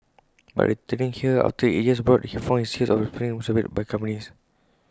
but returning here after eight years abroad he found his years of experience snubbed by companies